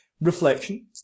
Reflection